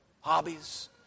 hobbies